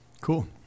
Cool